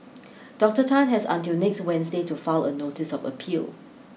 Doctor Tan has until next Wednesday to file a notice of appeal